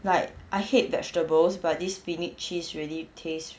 like I hate vegetables but spinach cheese really taste